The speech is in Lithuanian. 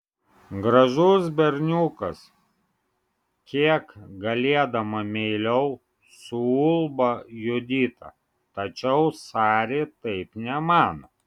gražus berniukas kiek galėdama meiliau suulba judita tačiau sari taip nemano